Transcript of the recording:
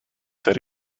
said